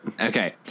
Okay